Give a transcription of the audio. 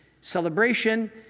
celebration